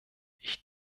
ich